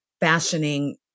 fashioning